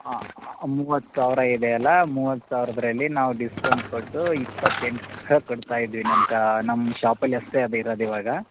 ಹಾಂ ಮೂವತ್ತು ಸಾವಿರ ಇದೆಯಲ್ಲ ಮೂವತ್ತು ಸಾವಿರದ್ರಲ್ಲಿ ನಾವು ಡಿಸ್ಕೌಂಟ್ ಕೊಟ್ಟು ಇಪ್ಪತ್ತೆಂಟು ಸಾವಿರ ಕೊಡ್ತಾ ಇದಿವಿ ನಮ್ಮ ಕಾ ನಮ್ಮ ಶಾಪಲ್ಲಿ ಅಷ್ಟೆ ಅದು ಇರದು ಇವಾಗ